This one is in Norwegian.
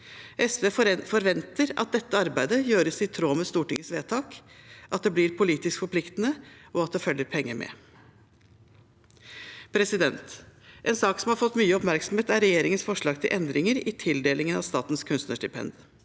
SV forventer at dette arbeidet gjøres i tråd med Stortingets vedtak, at det blir politisk forpliktende, og at det følger penger med. En sak som har fått mye oppmerksomhet, er regjeringens forslag til endringer i tildelingen av statens kunstnerstipend.